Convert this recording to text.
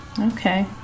Okay